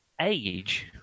age